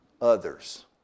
others